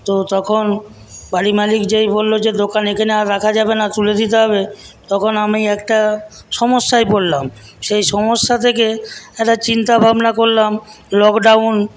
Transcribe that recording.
তো তখন বাড়ির মালিক যেই বলল যে দোকান এখানে আর রাখা যাবে না তুলে দিতে হবে তখন আমি একটা সমস্যায় পড়লাম সেই সমস্যা থেকে একটা চিন্তাভাবনা করলাম লকডাউন